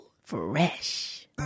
Fresh